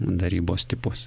darybos tipus